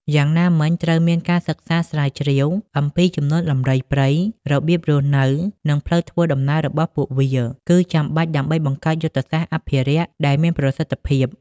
យ៉ាងណាមិញត្រូវមានការសិក្សាស្រាវជ្រាវអំពីចំនួនដំរីព្រៃ របៀបរស់នៅ និងផ្លូវធ្វើដំណើររបស់ពួកវា គឺចាំបាច់ដើម្បីបង្កើតយុទ្ធសាស្ត្រអភិរក្សដែលមានប្រសិទ្ធភាព។